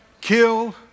kill